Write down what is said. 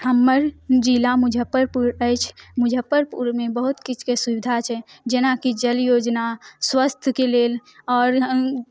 हमर जिला मुजफ्फरपुर अछि मुजफ्फरपुरमे बहुत किछुके सुविधा छै जेनाकि जल योजना स्वस्थके लेल आओर